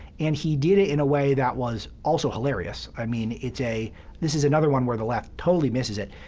and he did it in a way that was also hilarious. i mean, it's a this is another one where the left totally misses it.